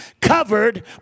covered